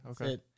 okay